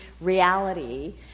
reality